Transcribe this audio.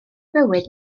bywyd